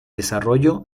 desarrollo